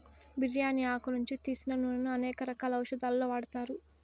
బిర్యాని ఆకు నుంచి తీసిన నూనెను అనేక రకాల ఔషదాలలో వాడతారు